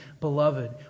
Beloved